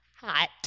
hot